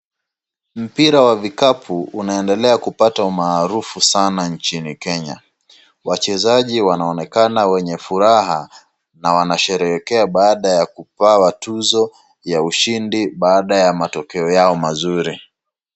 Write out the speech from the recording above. Mpira wa vikapu unaendelea kupata umaarufu sana inchini Kenya. Wachezaji wanaonekana wenye furaha na wanasherehekea baada ya kupawa tuzo ya ushindi baada ya matokeo yao mazuri.